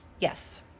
Yes